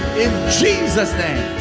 jesus' name.